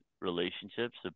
relationships